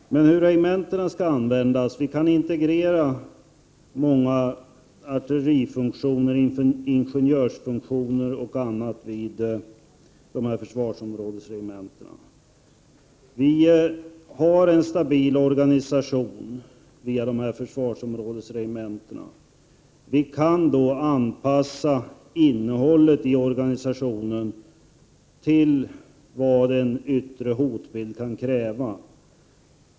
Så till frågan om hur försvarsområdesregementena skall användas. Många artillerifunktioner, ingenjörsfunktioner osv. kan integreras i försvarsområdesregementena. Vi har en stabil organisation via försvarsområdesregementena, och vi kan anpassa innehållet i organisationen till vad en yttre hotbild kan kräva.